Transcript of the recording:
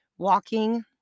walking